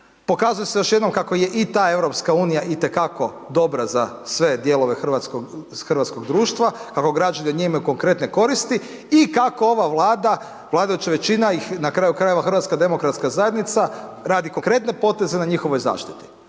Pokazuje se još jednom kako je i ta EU i te kako dobra za sve dijelove hrvatskog društva, kako građani od nje imaju konkretne koristi i kako ova Vlada vladajuća većina ih na kraju krajeva HDZ radi konkretne poteze na njihovoj zaštiti